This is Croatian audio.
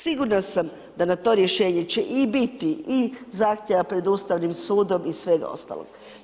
Sigurna sam da na to rješenje će biti i zahtjeva pred Ustavnim sudom i svega ostalog.